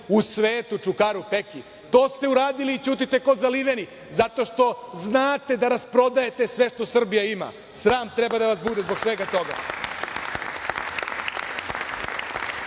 u svetu Čukaru Peki. To ste uradili i ćutite kao zaliveni zato što znate da rasprodajete sve što Srbija ima. Sram treba da vas bude zbog svega